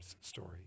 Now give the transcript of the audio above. story